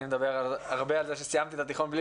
אני מדבר כאן הרבה על זה שסיימתי את התיכון בלי